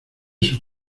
sus